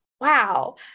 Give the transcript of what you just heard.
wow